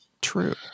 true